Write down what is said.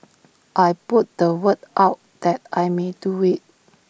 I put the word out that I may do IT